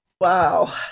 Wow